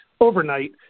overnight